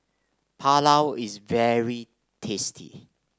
Pulao is very tasty